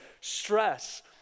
stress